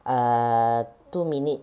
err two minute